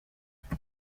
c’est